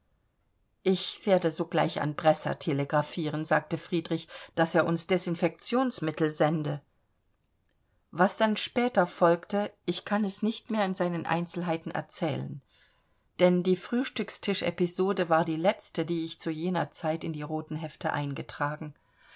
ich werde sogleich an bresser telegraphieren sagte friedrich daß er uns desinfektionsmittel sende was dann später folgte ich kann es nicht mehr in seinen einzelheiten erzählen denn die frühstückstisch episode war die letzte die ich zu jener zeit in die roten hefte eingetragen